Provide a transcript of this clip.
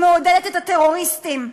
שמעודדת את הטרוריסטים,